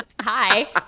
Hi